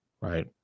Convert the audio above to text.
right